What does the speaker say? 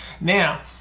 now